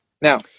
Now